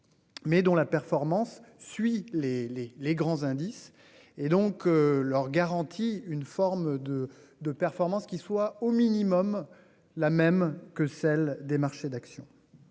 Mais dont la performance suit les les les grands indices et donc leur garantit une forme de de performance qui soit au minimum la même que celle des marchés d'actions.